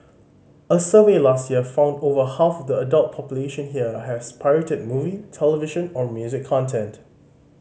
a survey last year found over half of the adult population here has pirated movie television or music content